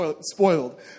spoiled